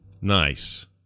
Nice